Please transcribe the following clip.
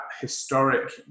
historic